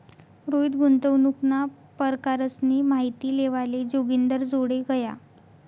रोहित गुंतवणूकना परकारसनी माहिती लेवाले जोगिंदरजोडे गया